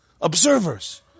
Observers